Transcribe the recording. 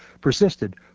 persisted